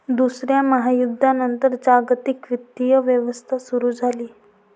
दुसऱ्या महायुद्धानंतर जागतिक वित्तीय व्यवस्था सुरू झाली